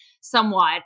somewhat